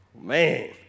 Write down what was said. Man